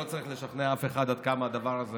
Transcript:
לא צריך לשכנע אף אחד עד כמה הדבר הזה